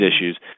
issues